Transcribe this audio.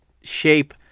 shape